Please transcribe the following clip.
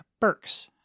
Burks